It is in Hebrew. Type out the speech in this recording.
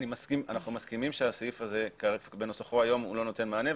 אנחנו מסכימים שהסעיף הזה בנוסחו היום לא נותן מענה,